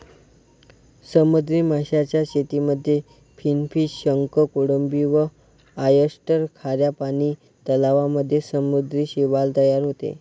समुद्री माशांच्या शेतीमध्ये फिनफिश, शंख, कोळंबी व ऑयस्टर, खाऱ्या पानी तलावांमध्ये समुद्री शैवाल तयार होते